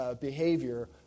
behavior